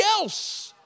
else